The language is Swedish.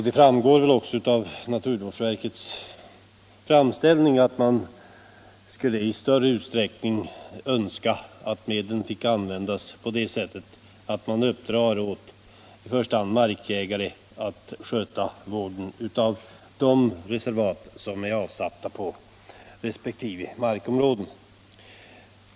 Det framgår också av naturvårdsverkets framställning att man önskar att medlen i större utsträckning fick användas på det sättet att man i första hand kunde uppdra åt markägare att sköta vården av de reservat som finns avsatta på resp. markägares områden.